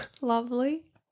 Lovely